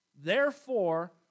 Therefore